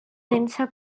densa